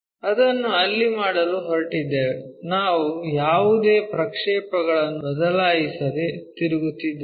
ಅದನ್ನು ಅಲ್ಲಿ ಮಾಡಲು ಹೊರಟಿದ್ದೇವೆ ನಾವು ಯಾವುದೇ ಪ್ರಕ್ಷೇಪಣಗಳನ್ನು ಬದಲಾಯಿಸದೆ ತಿರುಗುತ್ತಿದ್ದೇವೆ